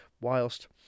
whilst